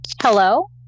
Hello